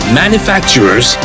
manufacturers